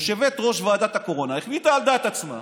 ויושבת-ראש ועדת הקורונה החליטה על דעת עצמה,